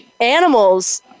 animals